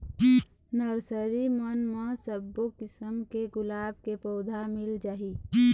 nursery मन म सब्बो किसम के गुलाब के पउधा मिल जाही